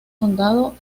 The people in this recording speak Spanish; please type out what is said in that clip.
condado